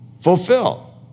fulfill